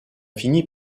fini